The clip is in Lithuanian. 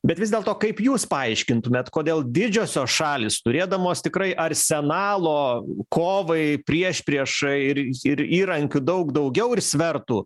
bet vis dėlto kaip jūs paaiškintumėt kodėl didžiosios šalys turėdamos tikrai arsenalo kovai priešpriešai ir ir įrankių daug daugiau ir svertų